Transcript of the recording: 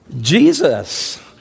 Jesus